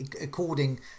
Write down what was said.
according